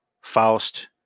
Faust